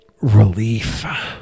relief